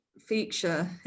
feature